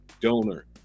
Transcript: donor